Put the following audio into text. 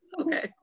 okay